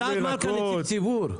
אלעד מלכא נציג ציבור?